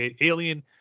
Alien